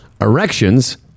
Erections